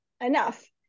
enough